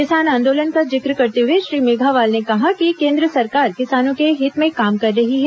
किसान आंदोलन का जिक्र करते हुए श्री मेघावाल ने कहा कि केंद्र सरकार किसानों के हित में काम कर रही है